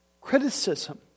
criticism